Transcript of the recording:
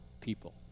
people